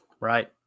right